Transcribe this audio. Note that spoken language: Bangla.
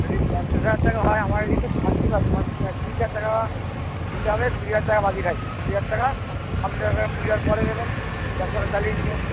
যদি পঞ্চাশ হাজার টাকা হয় আমার কিন্তু থার্টি পার্সেন্ট মান মানে তিরিশ হাজার টাকা দিতে হবে কুড়ি হাজার টাকা বাকি থাকবে কুড়ি হাজার টাকা আপনি দরকার হলে পূজার পরে দেবেন ব্যবসাটা চালিয়ে নিয়ে